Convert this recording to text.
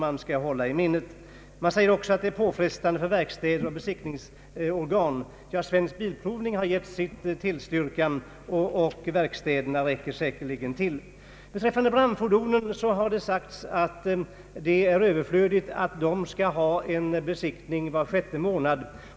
Motionärerna säger också att en tvåårig besiktning medför påfrestningar för verkstäder och besiktningsorgan. Jag vill nämna att Svensk bilprovning har tillstyrkt förslaget, och verkstäderna räcker nog till. Beträffande brandfordonen har sagts att det är överflödigt att dessa skall besiktigas var sjätte månad.